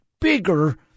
bigger